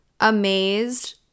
amazed